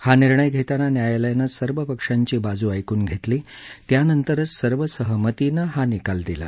हा निर्णय घेताना न्यायालयानं सर्व पक्षांची बाजू ऐकून घेतली त्यानंतरच सर्व सहमतीनं हा निकाल दिला